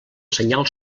senyal